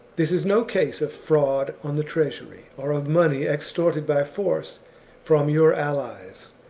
this is no case of fraud on the treasury, or of money extorted by force from your allies.